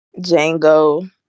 Django